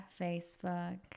Facebook